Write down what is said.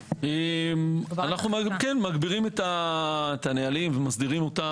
אנחנו גם כן מגבירים את הנהלים ומסדירים אותם.